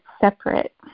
separate